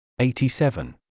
87